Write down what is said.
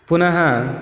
पुनः